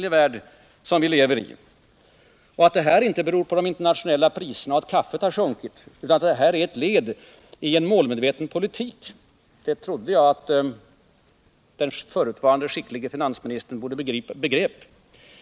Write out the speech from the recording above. Den här utvecklingen beror inte, som socialdemokraterna vill påskina, på de internationella priserna, t.ex. på att kaffepriset har sjunkit, utan är ett led i en målmedveten politik. Det trodde jag att den skicklige förutvarande finansministern begrep.